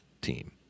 team